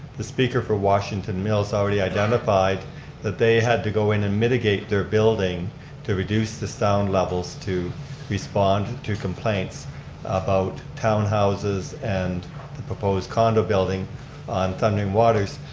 the speaker for washington mills already identified that they had to go in and mitigate their building to reduce the sound levels to respond to complaints about townhouses and the proposed condo building on thundering waters,